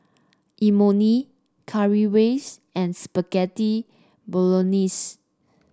Imoni Currywurst and Spaghetti Bolognese